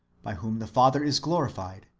by whom the father is glorified,